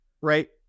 right